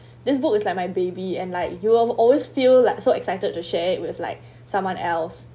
this book is like my baby and like you will always feel like so excited to share it with like someone else